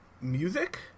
music